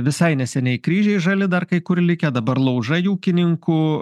visai neseniai kryžiai žali dar kai kur likę dabar laužai ūkininkų